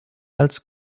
als